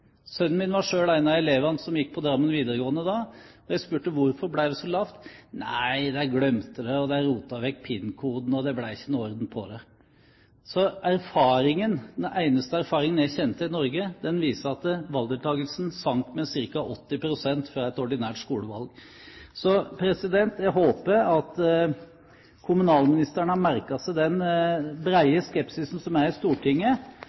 min var selv en av elevene som gikk på Drammen videregående da. Jeg spurte: Hvorfor ble det så lavt? Nei, de glemte det, de rotet vekk PIN-koden, og det ble ikke noen orden på det. Så den eneste erfaringen jeg kjenner fra Norge, viser at valgdeltakelsen sank med ca. 80 pst. for et ordinært skolevalg. Så jeg håper at kommunalministeren har merket seg den brede skepsisen som er i Stortinget,